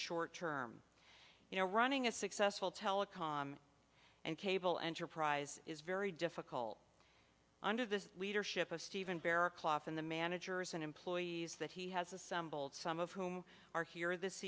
short term you know running a successful telecom and cable enterprise is very difficult under the leadership of steven barrack life in the managers and employees that he has assembled some of whom are here this